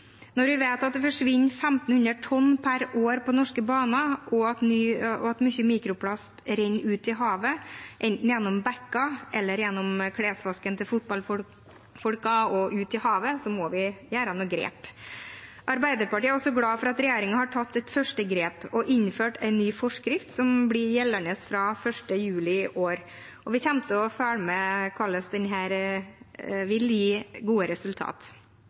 Når vi vet at det forsvinner 1 500 tonn per år på norske baner, og at mye mikroplast renner ut i havet enten gjennom bekker eller via klesvasken til fotballfolk, må vi gjøre noen grep. Arbeiderpartiet er glad for at regjeringen har tatt et første grep og innført en ny forskrift, som blir gjeldende fra 1. juli i år, og vi kommer til å følge med på hvordan denne vil gi gode